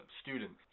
students